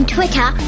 Twitter